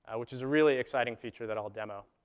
which is a really exciting feature that i'll demo.